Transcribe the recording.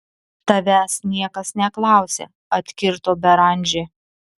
tavęs niekas neklausia atkirto beranžė